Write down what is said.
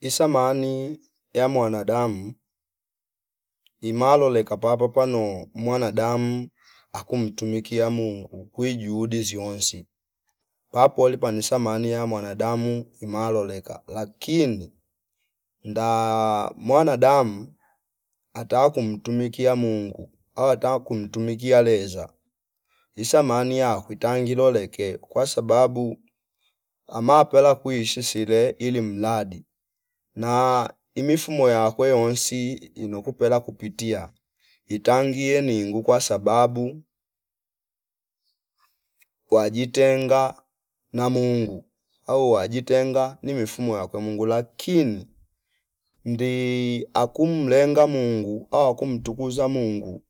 Isamani ya mwanadamu imalole kapa papa panuo mwanadamu akumtumikia Mungu kwi juhudi ziwonsi papoli pani samani ya mwanadamu imaloleka lakini ndaa mwanadamu ata kumtumikia Mungu au wata kumtumikia leza isamani ya kwi tangi loloke kwa sababu amapela kuishi sile ili mladi na imifumo yakwe wonsi ino kupela kupitia itangie ninguu kwasababu wajitenga na Mungu au wajitenga ni mifumo yakwe mungula akini ndi akumlenga Mungu au wakumtukuza Mungu